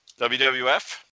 WWF